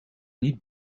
niet